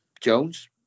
Jones